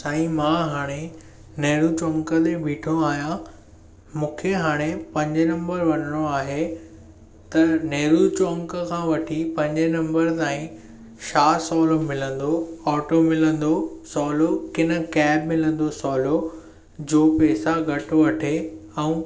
साईं मां हाणे नेहरु चौंक ते बीठो आहियां मूंखे हाणे पंज नंबर वञणो आहे त नेहरु चौंक खां वठी पंजे नंबर ताईं छा सवलो मिलंदो ऑटो मिलंदो सवलो की न कैब मिलंदो सवलो जो पैसा घटि वठे ऐं